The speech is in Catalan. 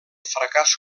fracàs